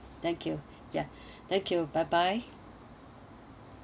thank you ya thank you bye bye